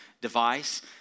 device